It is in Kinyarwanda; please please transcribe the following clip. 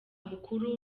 mukuru